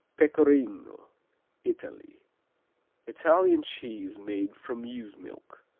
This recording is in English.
pecorino italy italian cheese made from ewe's milk.